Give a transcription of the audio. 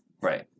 Right